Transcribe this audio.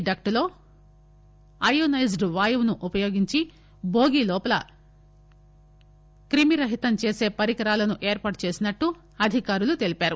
duct లో అయోసైజ్ వాయువుని ఉపయోగించి బోగీ లోపల క్రిమిరహితం చేసే పరికరాలను ఏర్పాటు చేసినట్లు అధికారులు తెలిపారు